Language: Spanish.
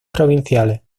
provinciales